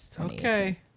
Okay